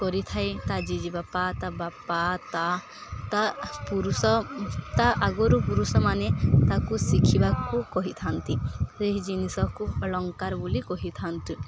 କରିଥାଏ ତା ଜେଜେବାପା ତା ବାପା ତା ତା ପୁରୁଷ ତା ଆଗରୁ ପୁରୁଷମାନେ ତାକୁ ଶିଖିବାକୁ କହିଥାନ୍ତି ସେହି ଜିନିଷକୁ ଅଳଙ୍କାର ବୋଲି କହିଥାନ୍ତି